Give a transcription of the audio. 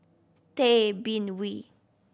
Tay Bin Wee